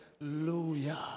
Hallelujah